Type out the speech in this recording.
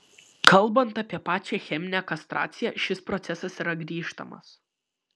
kalbant apie pačią cheminę kastraciją šis procesas yra grįžtamas